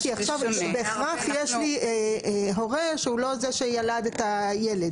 כי עכשיו בהכרח יש לי הורה שהוא לא זה שילד את הילד.